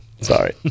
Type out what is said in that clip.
sorry